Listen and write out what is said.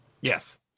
Yes